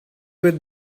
with